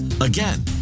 Again